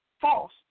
false